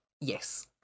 Yes